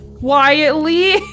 ...quietly